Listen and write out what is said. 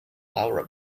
laura